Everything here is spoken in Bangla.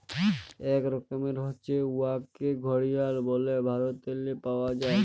ইক রকমের হছে উয়াকে ঘড়িয়াল ব্যলে ভারতেল্লে পাউয়া যায়